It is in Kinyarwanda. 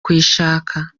kuyishaka